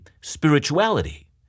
spirituality